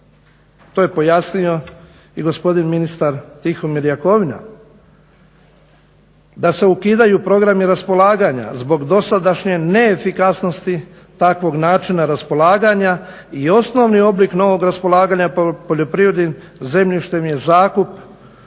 to je pojasnio i gospodin ministar Tihomir Jakovina da se ukidaju programi raspolaganja zbog dosadašnje neefikasnosti takvog načina raspolaganja i osnovni oblik novog raspolaganja poljoprivrednim zemljištem je zakup,